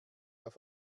auf